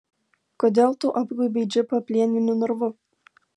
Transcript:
kodėl tu apgaubei džipą plieniniu narvu